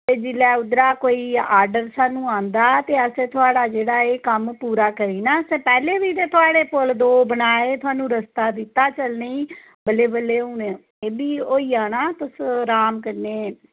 ते उध्दरा दा जिसलै आर्डर स्हानू कोई आंदा ऐ ते असैं तुआढ़ा एह् कम्म जेह्ड़ा पूरा करी ओड़नां पैह्लें बी ते तुआढ़े कोल दो बनाए हे थुहानू रस्ता दित्ता हा चलनें गी बल्लें बल्लें हून एह् बी होई जाना तुस राम कन्नै